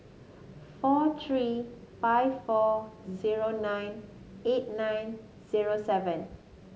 four three five four zero nine eight nine zero seven